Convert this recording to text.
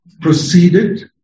Proceeded